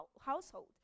household